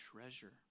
treasure